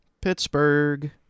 Pittsburgh